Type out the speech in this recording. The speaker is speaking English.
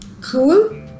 cool